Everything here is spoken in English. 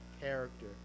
character